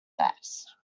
best